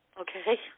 Okay